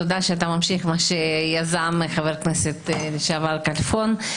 תודה שאתה ממשיך מה שיזם חבר הכנסת לשעבר כלפון.